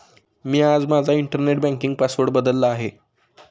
मी आज माझा internet banking password बदलला आहे